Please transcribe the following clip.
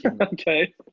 Okay